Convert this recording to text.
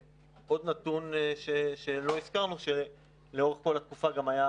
נתון נוסף שלא הזכרנו הוא שלאורך כל התקופה גם היה